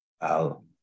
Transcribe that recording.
Al